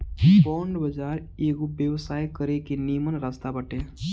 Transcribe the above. bond बाजार एगो व्यवसाय करे के निमन रास्ता बाटे